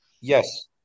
Yes